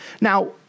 Now